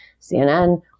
CNN